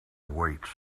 weights